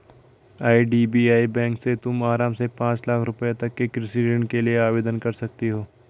IDBI bank से तुम आराम से पाँच लाख रुपयों तक के कृषि ऋण के लिए आवेदन कर सकती हो